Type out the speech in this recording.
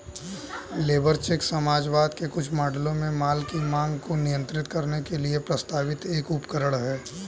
labour check समाजवाद के कुछ मॉडलों में माल की मांग को नियंत्रित करने के लिए प्रस्तावित एक उपकरण है